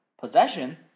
possession